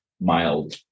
mild